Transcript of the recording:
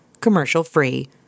commercial-free